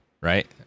Right